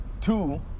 two